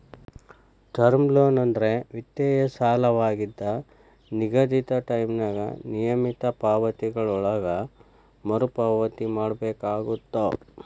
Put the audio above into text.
term loan ಅಂದ್ರ ವಿತ್ತೇಯ ಸಾಲವಾಗಿದ್ದ ನಿಗದಿತ ಟೈಂನ್ಯಾಗ ನಿಯಮಿತ ಪಾವತಿಗಳೊಳಗ ಮರುಪಾವತಿ ಮಾಡಬೇಕಾಗತ್ತ